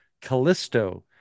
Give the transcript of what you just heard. Callisto